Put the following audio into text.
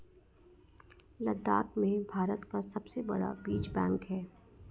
लद्दाख में भारत का सबसे बड़ा बीज बैंक है